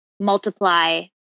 multiply